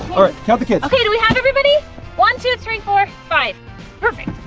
but yeah and we have everybody one two, three, four, five perfect!